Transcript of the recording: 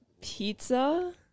pizza